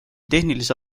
tehnilise